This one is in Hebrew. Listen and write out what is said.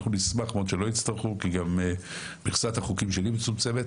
אנחנו נשמח מאוד שלא יצטרכו כי גם מכסת החוקים שלי מצומצמת,